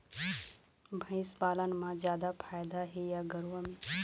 भंइस पालन म जादा फायदा हे या गरवा में?